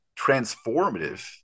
transformative